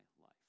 life